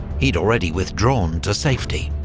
he'd already withdrawn to safety.